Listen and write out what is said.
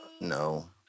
No